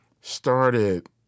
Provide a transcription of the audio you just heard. started